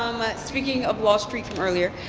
speaking of wall street from earlier,